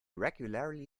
regularly